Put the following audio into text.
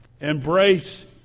Embrace